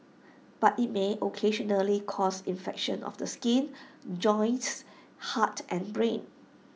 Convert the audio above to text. but IT may occasionally cause infections of the skin joints heart and brain